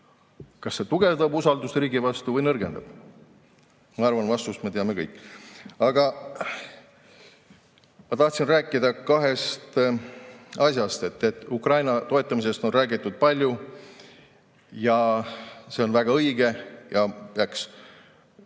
Kas see tugevdab usaldust riigi vastu või nõrgendab? Ma arvan, et vastust me teame kõik. Ma tahtsin rääkida kahest asjast. Ukraina toetamisest on räägitud palju ja see on väga õige, aga peaks